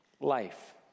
life